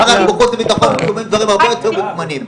בחוץ וביטחון אנחנו שומעים דברים הרבה יותר מוכמנים,